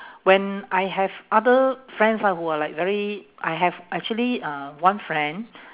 when I have other friends ah who are like very I have actually uh one friend